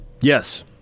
Yes